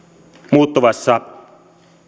muuttuvassa